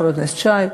חבר הכנסת שי,